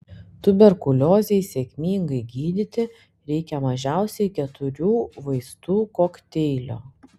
tuberkuliozei sėkmingai gydyti reikia mažiausiai keturių vaistų kokteilio